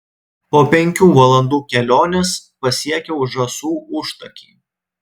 po penkių valandų kelionės pasiekiau žąsų užtakį